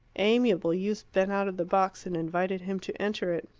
amiable youths bent out of the box and invited him to enter it.